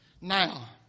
Now